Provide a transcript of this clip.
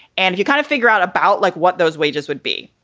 and you kind of figure out about like what those wages would be.